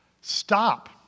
stop